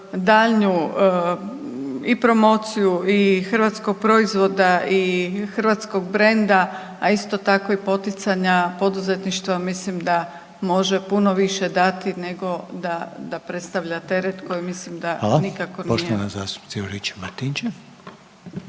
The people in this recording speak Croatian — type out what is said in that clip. daljnju i promociju i hrvatskog proizvoda i hrvatskog brenda, a isto tako i poticanja poduzetništva mislim da može puno više dati nego da predstavlja teret koji mislim da nikako nije …/Upadica Reiner: